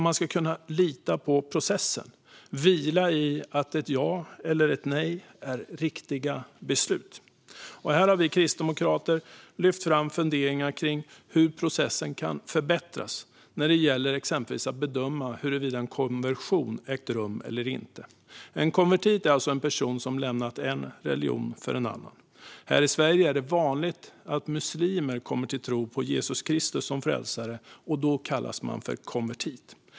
Man ska kunna lita på processen, vila i att ett ja eller ett nej är riktiga beslut. Här har vi lyft fram funderingar kring hur processen kan förbättras exempelvis när det gäller att bedöma huruvida en konversion har ägt rum eller inte. En konvertit är en person som har lämnat en religion för en annan. Här i Sverige är det vanligt att muslimer kommer till tro på Jesus Kristus som frälsare, och då kallas man konvertit.